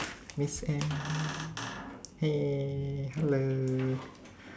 miss M hey hello